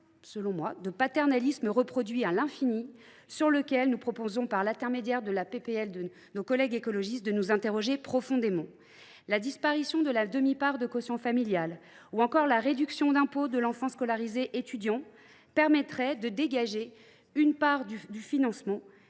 forme de paternalisme reproduit à l’infini sur lequel la proposition de loi de nos collègues écologistes nous invite à nous interroger profondément. La disparition de la demi part de quotient familial ou encore la réduction d’impôt de l’enfant scolarisé étudiant permettrait de dégager une part du financement,